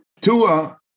Tua –